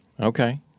Okay